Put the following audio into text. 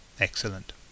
Excellent